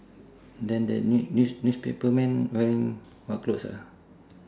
then the new new news newspaper man wearing what clothes ah